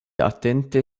atente